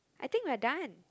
I think we're done